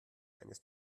eines